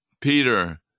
Peter